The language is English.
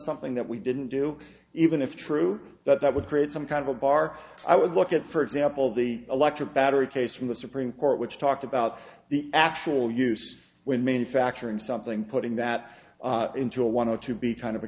something that we didn't do even if true that would create some kind of a bar i would look at for example the electric battery case from the supreme court which talked about the actual use when manufacturing something putting that into a want to be kind of a